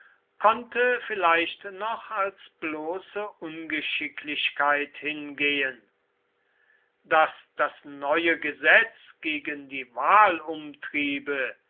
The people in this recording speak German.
konnte vielleicht noch als bloße ungeschicklichkeit hingehen daß das neue gesetz gegen die